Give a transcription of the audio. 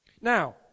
Now